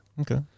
Okay